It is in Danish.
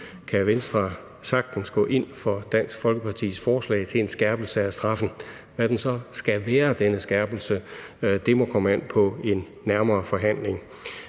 kan Venstre sagtens gå ind for Dansk Folkepartis forslag til en skærpelse af straffen. Hvad denne skærpelse så skal være, må komme an på en nærmere forhandling.